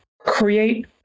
create